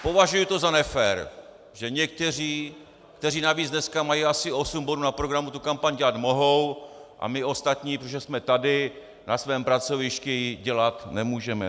Považuju to za nefér, že někteří, kteří navíc dneska mají asi osm bodů na programu, tu kampaň dělat mohou, a my ostatní, protože jsme tady na svém pracovišti, ji dělat nemůžeme.